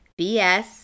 BS